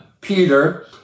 Peter